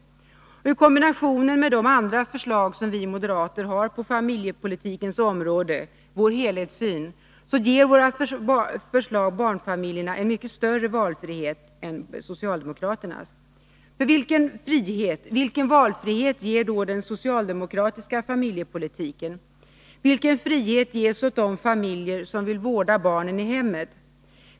Och i kombination med de andra förslag vi moderater har på familjepolitikens område — vår helhetssyn — ger våra förslag barnfamiljerna en mycket större valfrihet än socialdemokraternas. Vilken frihet, vilken valfrihet ger den socialdemokratiska familjepolitiken? Vilken frihet ges åt de familjer som vill vårda barnen i hemmet?